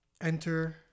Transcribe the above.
enter